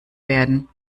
werden